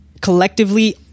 collectively